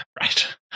Right